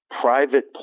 private